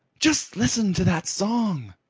just listen to that song!